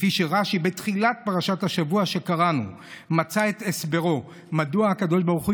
כפי שרש"י בתחילת פרשת השבוע שקראנו מצא את הסברו מדוע הקדוש ברוך הוא